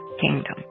kingdom